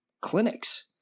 clinics